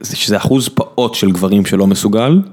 זה שזה אחוז פעוט של גברים שלא מסוגל.